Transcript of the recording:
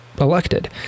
elected